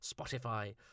Spotify